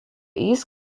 east